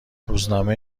روزنامه